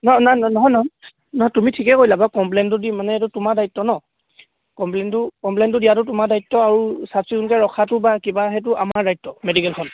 ন ন নহয় নহয় তুমি ঠিকে কৰিলা বাৰু কমপ্লেইনটো দি মানে এইটো তোমাৰ দায়িত্ব নহ্ কমপ্লেইনটো কমপ্লেইনটো দিয়াটো তোমাৰ দায়িত্ব আৰু চাফ চিকুণকৈ ৰখাটো বা কিবা সেইটো আমাৰ দায়িত্ব মেডিকেলখন